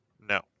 No